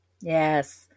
Yes